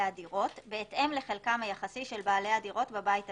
הדירות בהתאם לחלקם היחסי של בעלי הדירות בבית המשותף.